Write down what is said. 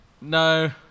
no